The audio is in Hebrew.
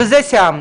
בזה סיימנו.